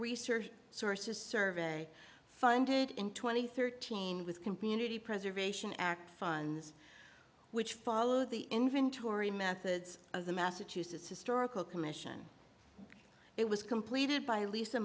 research sources survey funded in two thousand and thirteen with community preservation act funds which follow the inventory methods of the massachusetts historical commission it was completed by lisa